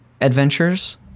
adventures